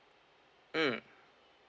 mm